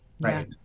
Right